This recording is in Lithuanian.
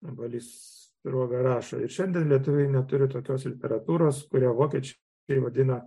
balys sruoga rašo ir šiandien lietuviai neturi tokios literatūros kurią vokiečiai tai vadina